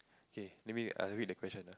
K let me err read the question ah